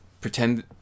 pretend